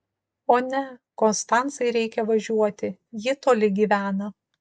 o ne konstancai reikia važiuoti ji toli gyvena